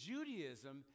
Judaism